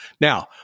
Now